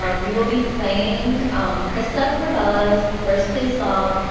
um we will be playing krista corbello's first-place song,